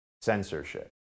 censorship